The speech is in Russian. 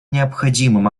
необходимым